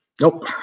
nope